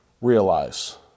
realize